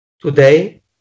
today